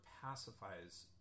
pacifies